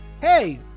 hey